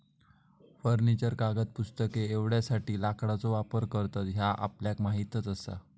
furniture, कागद, पुस्तके एवढ्यासाठी लाकडाचो वापर करतत ह्या आपल्याक माहीतच आसा